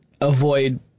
avoid